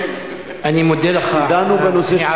אני מודה לך על ההערה,